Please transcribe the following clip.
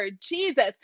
Jesus